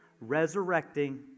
Resurrecting